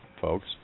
folks